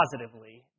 positively